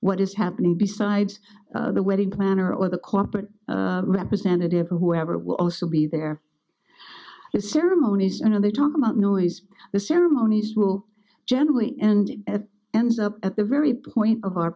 what is happening besides the wedding planner or the corporate representative or whoever will also be there ceremonies and how they talk about noise the ceremonies will generally end at ends up at the very point of our